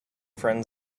friend